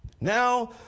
Now